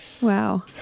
Wow